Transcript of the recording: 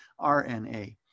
RNA